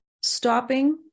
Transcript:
stopping